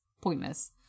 pointless